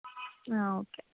ആ ഓക്കെ